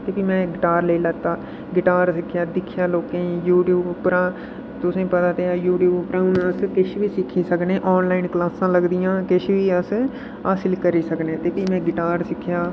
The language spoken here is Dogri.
ते में गिटार लेई लैता गिटार सिक्खेआ दिक्खेआ लोकें गी यू टियूप उप्परा तुसें गी पता ते ऐ यू टियूप उप्परा हून अस किश बी सिक्खी सकने आनलाइन क्लासां लगदियां किश बी अस हासल करी सकने आं ते फ्ही में गिटार सिक्खेआ